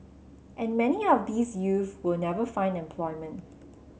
and many of these youth will never find employment